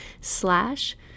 slash